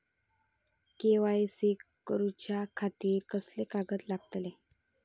KYC करूच्या खातिर कसले कागद लागतले?